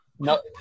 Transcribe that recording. No